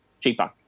cheaper